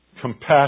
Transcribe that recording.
compassion